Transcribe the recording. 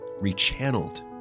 rechanneled